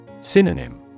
Synonym